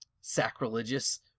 sacrilegious